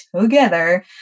together